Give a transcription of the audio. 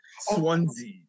Swansea